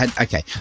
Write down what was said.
Okay